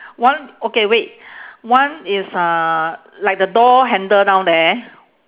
one okay wait one is uh like the door handle down there